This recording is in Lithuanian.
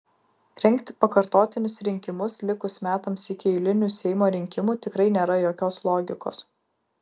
rengti pakartotinius rinkimus likus metams iki eilinių seimo rinkimų tikrai nėra jokios logikos